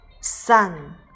sun